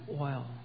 oil